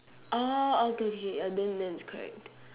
orh okay okay okay then then it's correct